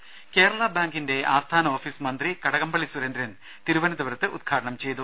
രുമ കേരള ബാങ്കിന്റെ ആസ്ഥാന ഓഫീസ് മന്ത്രി കടകംപള്ളി സുരേന്ദ്രൻ തിരുവനന്തപുരത്ത് ഉദ്ഘാടനം ചെയ്തു